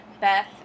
beth